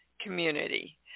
community